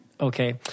okay